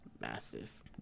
Massive